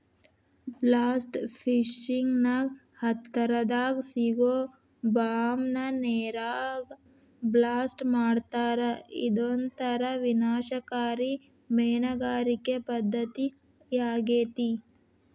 blast fishing ನ್ಯಾಗ ಹತ್ತರದಾಗ ಸಿಗೋ ಬಾಂಬ್ ನ ನೇರಾಗ ಬ್ಲಾಸ್ಟ್ ಮಾಡ್ತಾರಾ ಇದೊಂತರ ವಿನಾಶಕಾರಿ ಮೇನಗಾರಿಕೆ ಪದ್ದತಿಯಾಗೇತಿ